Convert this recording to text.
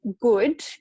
good